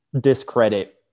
discredit